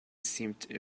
seemed